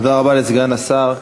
תודה רבה לסגן השר.